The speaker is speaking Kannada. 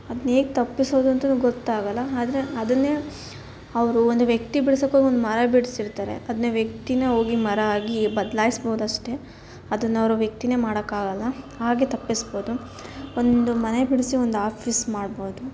ಅದ್ನ ಹೇಗ್ ತಪ್ಪಿಸೋದು ಅಂತಲೂ ಗೊತ್ತಾಗೋಲ್ಲ ಆದರೆ ಅದನ್ನೇ ಅವರು ಒಂದು ವ್ಯಕ್ತಿ ಬಿಡ್ಸಕ್ಕೆ ಹೋಗ್ ಒಂದು ಮರ ಬಿಡಿಸಿರ್ತಾರೆ ಅದನ್ನ ವ್ಯಕ್ತಿನ ಹೋಗಿ ಮರ ಆಗಿ ಬದ್ಲಾಯಿಸ್ಬೋದು ಅಷ್ಟೆ ಅದನ್ನು ಅವರು ವ್ಯಕ್ತಿನೇ ಮಾಡಕ್ಕೆ ಆಗೋಲ್ಲ ಹಾಗೆ ತಪ್ಪಿಸ್ಬೋದು ಒಂದು ಮನೆ ಬಿಡಿಸಿ ಒಂದು ಆಫೀಸ್ ಮಾಡ್ಬೋದು